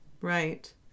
right